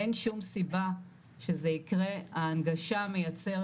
אין שום סיבה שזה יקרה ההנגשה מייצרת